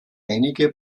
einige